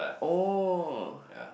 oh